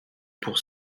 pour